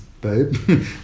babe